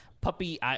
puppy